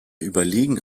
überlegen